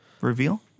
reveal